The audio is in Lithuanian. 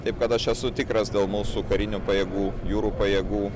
taip kad aš esu tikras dėl mūsų karinių pajėgų jūrų pajėgų